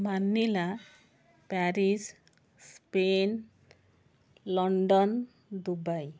Manila Paris Spain London Dubai